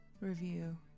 review